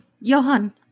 Johan